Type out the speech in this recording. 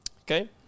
okay